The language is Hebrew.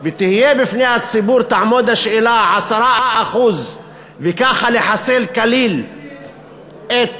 ותעמוד בפני הציבור השאלה, 10% וככה לחסל כליל את